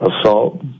assault